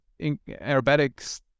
aerobatics